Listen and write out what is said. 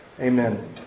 amen